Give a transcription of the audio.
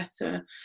better